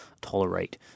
tolerate